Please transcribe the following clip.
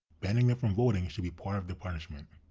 banning them from voting should be part of the punishment.